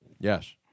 Yes